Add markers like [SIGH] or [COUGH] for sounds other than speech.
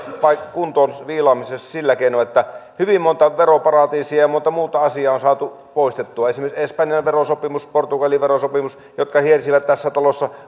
kuntoon viilaamisessa sillä keinoin että hyvin monta veroparatiisia ja monta muuta asiaa on saatu poistettua esimerkiksi espanjan verosopimus portugalin verosopimus jotka hiersivät tässä talossa [UNINTELLIGIBLE]